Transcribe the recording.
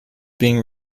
being